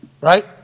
right